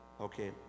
Okay